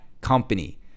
company